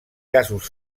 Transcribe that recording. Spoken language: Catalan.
casos